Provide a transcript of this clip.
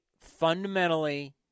fundamentally